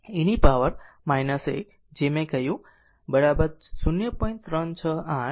તેથી t τ vτ v0 e પર power 1 જે મેં પણ કહ્યું 0